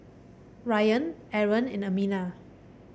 Ryan Aaron and Aminah